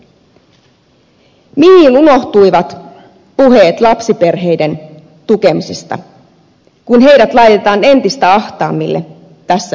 mihin unohtuivat puheet lapsiperheiden tukemisesta kun ne laitetaan entistä ahtaammalle tässä hallitusohjelmassa